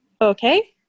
okay